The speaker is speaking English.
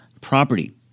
property